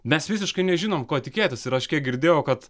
mes visiškai nežinom ko tikėtis ir aš kiek girdėjau kad